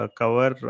cover